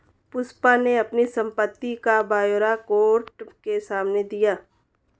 पुष्पा ने अपनी संपत्ति का ब्यौरा कोर्ट के सामने दिया